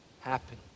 happen